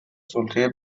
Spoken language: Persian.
سلطه